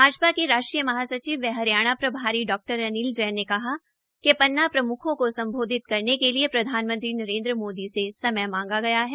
भाजपा के राष्ट्रीय महासचिव व हरियाणा प्रभारी डा अनिल जैन ने कहा कि पन्ना प्रमुखों को संबोधित करने के लिए प्रधानमंत्री नरेंद्र मोदी से समय मांगा गया है